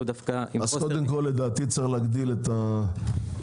דווקא --- לדעתי צריך להגדיל את האחוזים,